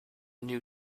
new